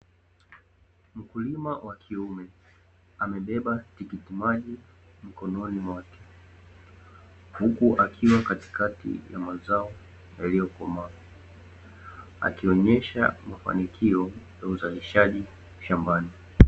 Mkulima wa kiume amebeba tikitimaji mkononi mwake huku akiwa katikati ya mazao yaliyokomaa akionesha mafanikio ya uzalishaji shambani.